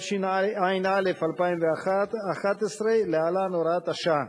התשע"א 2011, להלן: הוראת השעה.